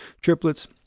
triplets